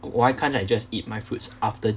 why can't I just eat my fruits after my